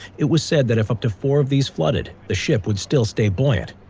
it was said that if up to four of these flooded, the ship would still stay buoyant.